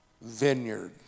vineyard